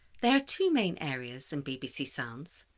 there are two main areas in bbc sounds.